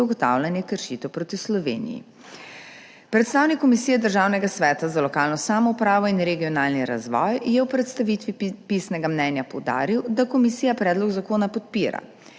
ugotavljanje kršitev proti Sloveniji. Predstavnik Komisije Državnega sveta za lokalno samoupravo in regionalni razvoj je v predstavitvi pisnega mnenja poudaril, da komisija predlog zakona podpira.